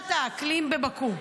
לוועידת האקלים בבאקו.